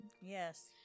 Yes